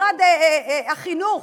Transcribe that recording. משרד החינוך